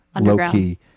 low-key